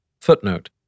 Footnote